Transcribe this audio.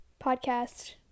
podcast